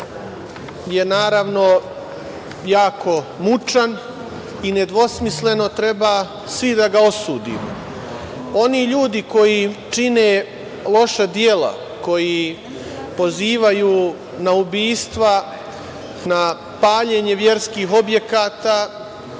je jako mučan i nedvosmisleno treba svi da ga osudimo. Oni ljudi koji čine loša dela, koji pozivaju na ubistva, na paljenje verskih objekata,